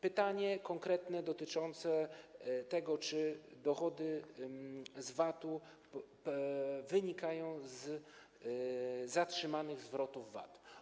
Pytanie konkretnie dotyczące tego, czy dochody z VAT-u wynikają z zatrzymanych zwrotów VAT.